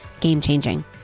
game-changing